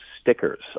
stickers